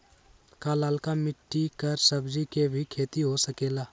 का लालका मिट्टी कर सब्जी के भी खेती हो सकेला?